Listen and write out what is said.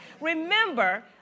Remember